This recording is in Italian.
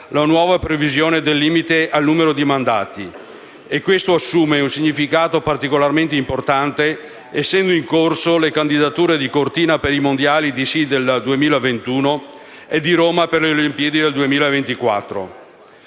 la nuova previsione del limite al numero di mandati. E questo assume un significato particolarmente importante essendo in corso le candidature di Cortina per i Mondiali di sci del 2021 e di Roma per le Olimpiadi del 2024.